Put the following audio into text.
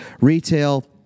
retail